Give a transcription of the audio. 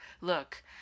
look